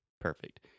Perfect